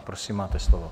Prosím, máte slovo.